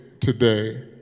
today